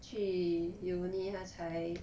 去 uni 她才